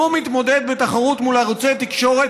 וגם הוא מתמודד בתחרות מול ערוצי תקשורת